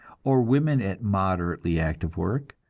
or women at moderately active work,